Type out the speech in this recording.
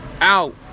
Out